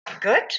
Good